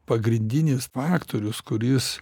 pagrindinis faktorius kuris